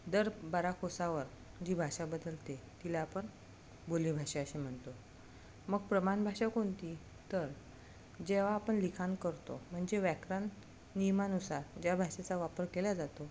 दर बारा कोसावर जी भाषा बदलते तिला आपण बोलीभाषा असे म्हणतो मग प्रमाण भाषा कोणती तर जेव्हा आपण लिखाण करतो म्हणजे व्याकरण नियमानुसार ज्या भाषेचा वापर केला जातो